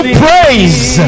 praise